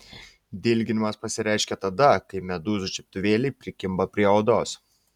dilginimas pasireiškia tada kai medūzų čiuptuvėliai prikimba prie odos